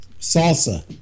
Salsa